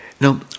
Now